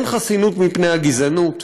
אין חסינות מפני הגזענות,